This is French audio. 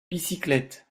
bicyclettes